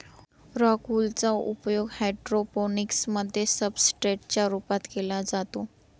rock wool चा उपयोग hydroponics मध्ये सब्सट्रेट च्या रूपात केला जातो